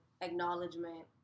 acknowledgement